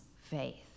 faith